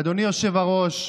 אדוני היושב-ראש,